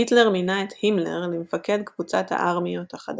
היטלר מינה את הימלר למפקד קבוצת הארמיות החדשה.